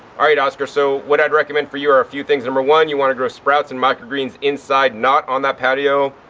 alright, oscar. so what i'd recommend for you are a few things. number one, you want to grow sprouts and microgreens inside, not on that patio,